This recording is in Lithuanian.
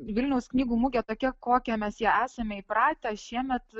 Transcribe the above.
vilniaus knygų mugė tokia kokią mes esame įpratę šiemet